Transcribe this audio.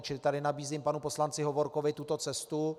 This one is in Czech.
Čili tady nabízím panu poslanci Hovorkovi tuto cestu.